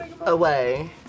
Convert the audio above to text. away